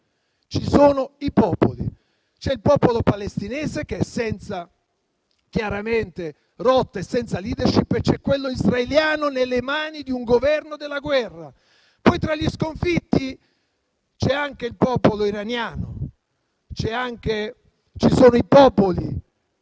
ci sono i popoli. C'è il popolo palestinese, che è chiaramente rotto e senza *leadership*, e c'è quello israeliano, nelle mani di un governo della guerra. Poi tra gli sconfitti c'è anche il popolo iraniano e ci sono i popoli che in